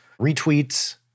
retweets